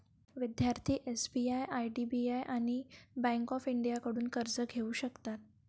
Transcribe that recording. विद्यार्थी SBI IDBI bank आणि bank of इंडियाकडून कर्ज घेऊ शकतात